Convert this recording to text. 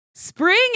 Spring